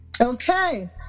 Okay